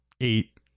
eight